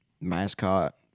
Mascot